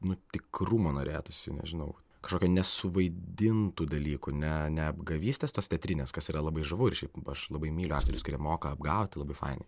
nu tikrumo norėtųsi nežinau kažkokio nesuvaidintų dalykų ne ne apgavystės tos teatrinės kas yra labai žavu ir šiaip aš labai myliu aktorius kurie moka apgauti labai faini